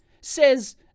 Says